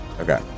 Okay